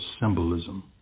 symbolism